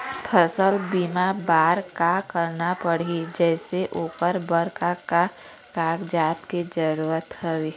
फसल बीमा बार का करना पड़ही जैसे ओकर बर का का कागजात के जरूरत हवे?